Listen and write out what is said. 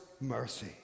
mercy